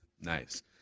Nice